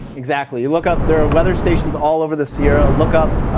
exactly. you look up there are weather stations all over the sierra. look up